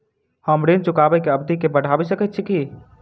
हम ऋण चुकाबै केँ अवधि केँ बढ़ाबी सकैत छी की?